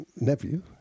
Nephew